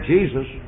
Jesus